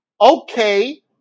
okay